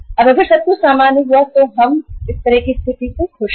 अब अगर सब कुछ सामान्य हुआ तो हम इस तरह की स्थिति से खुश है